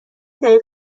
دقیق